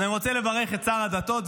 אז אני רוצה לברך את שר הדתות.